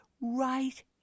right